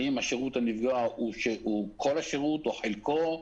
האם השירות הנפגע הוא כל השירות או חלקו,